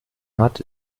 hat